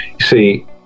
See